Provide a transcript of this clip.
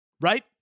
right